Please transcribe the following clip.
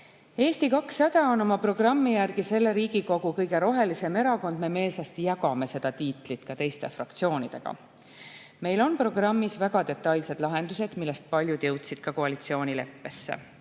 Eesti 200 on oma programmi järgi selle Riigikogu kõige rohelisem erakond, aga me meelsasti jagame seda tiitlit ka teiste fraktsioonidega. Meil on programmis väga detailsed lahendused, millest paljud jõudsid ka koalitsioonileppesse.